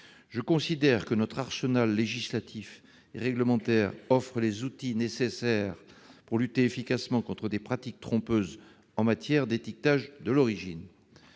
Je considère que notre arsenal législatif et réglementaire offre les outils nécessaires pour lutter efficacement contre des pratiques trompeuses en matière d'étiquetage de l'origine.